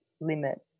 limit